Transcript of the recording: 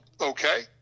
okay